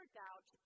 doubt